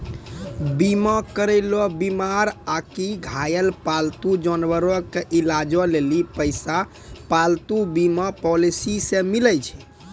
बीमा करैलो बीमार आकि घायल पालतू जानवरो के इलाजो लेली पैसा पालतू बीमा पॉलिसी से मिलै छै